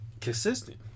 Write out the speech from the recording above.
consistent